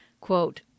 Quote